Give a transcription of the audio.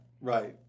Right